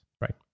right